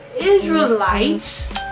Israelites